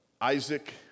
Isaac